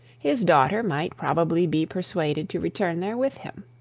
his daughter might probably be persuaded to return there with him.